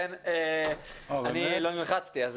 ולכן אני לא נלחצתי,